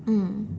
mm